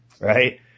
right